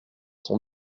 sont